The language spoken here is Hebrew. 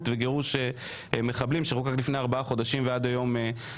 וגירוש מחבלים שחוקק לפני ארבעה חודשים לא מיושם עד היום.